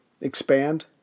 expand